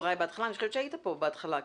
דבריי בהתחלה, אני חושבת שהיית פה בהתחלה כשאמרתי,